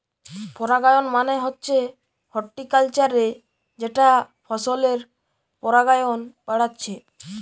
পরাগায়ন মানে হচ্ছে হর্টিকালচারে যেটা ফসলের পরাগায়ন বাড়াচ্ছে